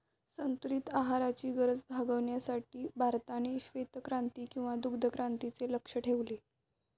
संतुलित आहाराची गरज भागविण्यासाठी भारताने श्वेतक्रांती किंवा दुग्धक्रांतीचे लक्ष्य ठेवले